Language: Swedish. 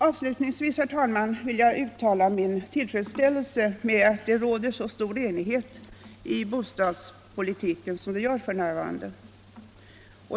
Avslutningsvis vill jag uttala min tillfredsställelse med att det råder så stor enighet om bostadspolitiken som fallet är f.n.